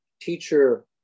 teacher